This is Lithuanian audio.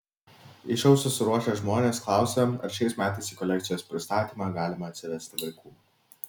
į šou susiruošę žmonės klausia ar šiais metais į kolekcijos pristatymą galima atsivesti vaikų